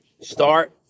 start